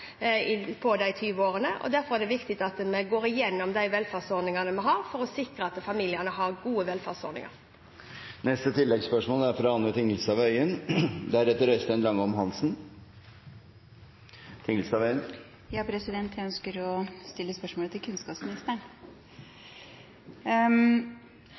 på de 20 årene. Derfor er det viktig at vi går igjennom de velferdsordningene vi har, for å sikre at familiene har gode velferdsordninger. Anne Tingelstad Wøien – til oppfølgingsspørsmål. :Jeg ønsker å stille spørsmålet til kunnskapsministeren. Jeg